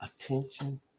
attention